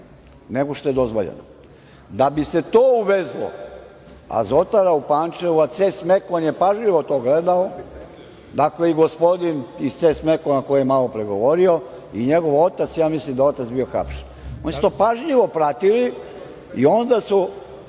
nego što je dozvoljeno. Da bi se to uvezlo, Azotara u Pančevu, a „Ces Mekon“ je pažljivo to gledao, dakle, i gospodin iz „Ces Mekona“ koji je malopre govorio, i njegov otac, ja mislim da je otac bio hapšen. Oni su to pažljivo pratili i onda su